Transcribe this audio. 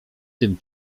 tym